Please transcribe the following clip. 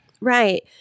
Right